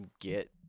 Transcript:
get